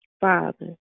Father